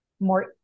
more